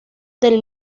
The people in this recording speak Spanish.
del